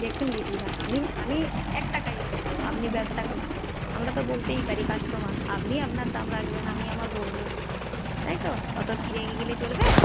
দেখুন দিদিভাই আমি আমি এক টাকাই বলব আপনি ব্যবসা করছেন আমরা তো বলতেই পারি কাস্টমার আপনি আপনার দাম রাখবেন আমি আমার বলব তাই তো অত কি রেগে গেলে চলবে